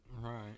right